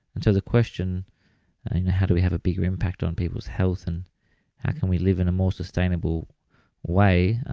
and so the question on how do we have a bigger impact on people's health and how can we live in a more sustainable way,